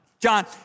John